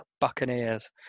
Buccaneers